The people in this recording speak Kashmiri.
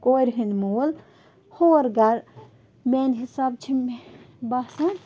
کورِ ہنٛد مول ہور گَرٕ میانہِ حسابہٕ چھِ مےٚ باسان